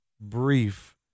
brief